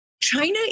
china